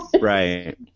Right